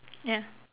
ya